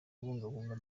kubungabunga